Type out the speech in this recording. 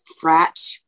frat